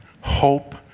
hope